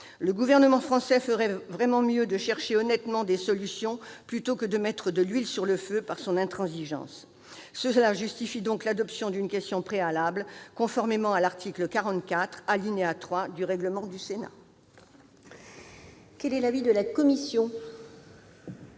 Le Gouvernement français ferait vraiment mieux de chercher honnêtement des solutions plutôt que de mettre de l'huile sur le feu par son intransigeance. Cela justifie donc l'adoption d'une motion tendant à opposer la question préalable, conformément à l'article 44, alinéa 3, du règlement du Sénat. Y a-t-il un orateur contre ?